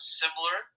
similar